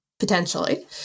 Potentially